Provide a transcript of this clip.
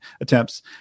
attempts